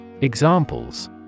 Examples